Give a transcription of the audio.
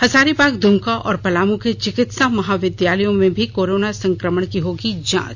हजारीबाग दुमका और पलामू के चिकित्सा महाविद्यालयों में भी कोरोना संक्रमण की होगी जांच